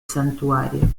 santuario